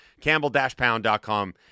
campbell-pound.com